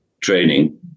training